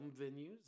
venues